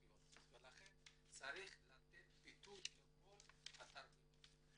ולכן צריך לתת ביטוי לכל התרבויות,